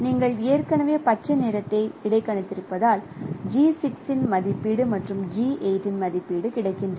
நீங்கள் ஏற்கனவே பச்சை நிறத்தை இடைக்கணித்திருப்பதால் G6 இன் மதிப்பீடு மற்றும் G8 இன் மதிப்பீடு கிடைக்கின்றன